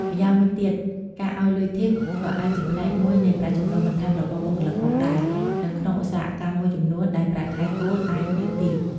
ម្យ៉ាងវិញទៀត ការឲ្យលុយធីប ក៏អាចជាផ្នែកមួយនៃប្រាក់ចំណូលបន្ថែមរបស់បុគ្គលិកផងដែរ នៅក្នុងឧស្សាហកម្មមួយចំនួនដែលប្រាក់ខែគោលអាចនៅទាប។